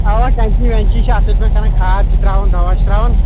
اَوا کیٚنچی ویٚنچی چھِ اَصٕل پٲٹھۍ کَرَان کھاد چھِ ترٛاوَان دَوا چھِ ترٛاوَان